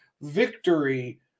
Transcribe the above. victory